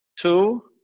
two